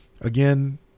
again